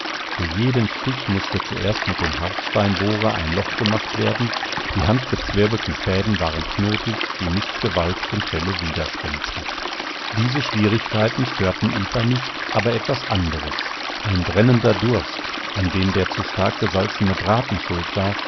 für jeden stich mußte zuerst mit dem hartsteinbohrer ein loch gemacht werden die handgezwirbelten fäden waren knotig die nicht gewalkten felle widerspenstig diese schwierigkeiten störten eva nicht aber etwas anderes ein brennender durst an dem der zu stark gesalzene braten schuld war